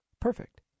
Perfect